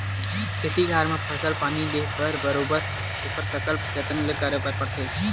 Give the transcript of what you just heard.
खेत खार म फसल पानी ले बर बरोबर ओखर सकला जतन करे बर परथे